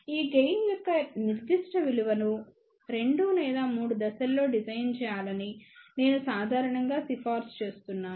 ఈ గెయిన్ యొక్క నిర్దిష్ట విలువను 2 లేదా 3 దశల్లో డిజైన్ చేయాలని నేను సాధారణంగా సిఫార్సు చేస్తున్నాను